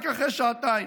רק אחרי שעתיים.